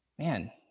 man